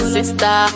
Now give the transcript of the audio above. Sister